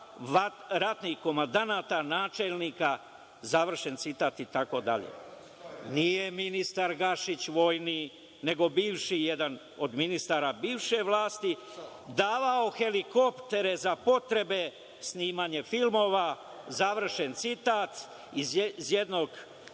ratnih komandanata, načelnika, završen citat, itd. Nije ministar Gašić vojni, nego bivši jedan od ministara bivše vlasti davao helikoptere za potrebe snimanja filmova, završen citat. iz jednog